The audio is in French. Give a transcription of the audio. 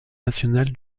nationale